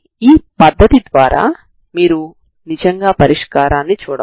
ఈ విధంగా మనం పరిష్కారాన్ని కనుగొంటాము